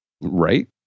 Right